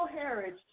heritage